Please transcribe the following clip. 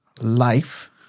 life